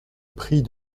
prie